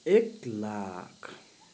एक लाख